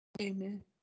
Amen